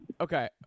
Okay